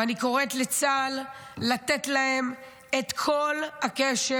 ואני קוראת לצה"ל לתת להם את כל הקשר.